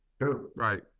Right